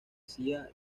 cía